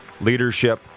leadership